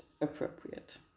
appropriate